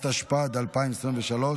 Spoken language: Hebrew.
התשפ"ד 2023,